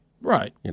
Right